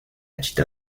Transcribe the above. chita